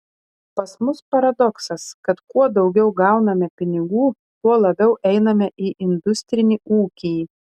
pas mus paradoksas kad kuo daugiau gauname pinigų tuo labiau einame į industrinį ūkį